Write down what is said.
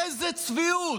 איזו צביעות.